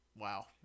Wow